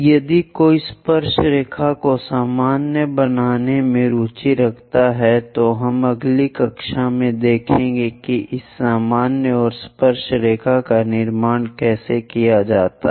यदि कोई स्पर्शरेखा को सामान्य बनाने में रुचि रखता है तो हम अगली कक्षा में देखेंगे कि इस सामान्य और स्पर्शरेखा का निर्माण कैसे किया जाता है